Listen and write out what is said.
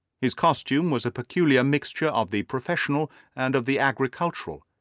his costume was a peculiar mixture of the professional and of the agricultural,